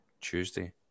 Tuesday